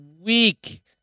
week